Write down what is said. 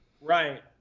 Right